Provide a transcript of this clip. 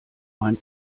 mein